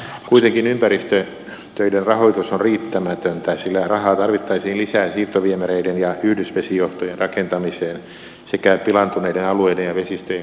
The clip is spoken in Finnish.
kuitenkin ympäristötöiden rahoitus on riittämätöntä sillä rahaa tarvittaisiin lisää siirtoviemäreiden ja yhdysvesijohtojen rakentamiseen sekä pilaantuneiden alueiden ja vesistöjen kunnostukseen